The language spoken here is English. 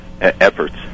efforts